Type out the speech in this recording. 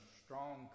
strong